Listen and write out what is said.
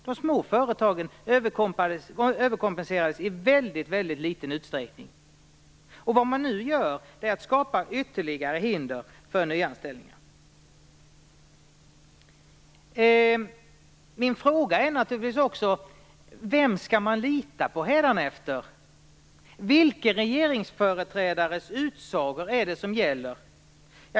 De små företagen överkompenserades i väldigt liten utsträckning. Vad man nu gör är att skapa ytterligare hinder för nyanställningar. En fråga är naturligtvis också: Vem skall man lita på hädanefter? Vilken regeringsföreträdares utsagor är det som gäller?